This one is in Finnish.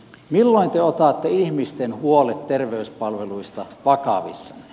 milloin te otatte ihmisten huolet terveyspalveluista vakavissanne